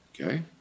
Okay